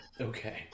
Okay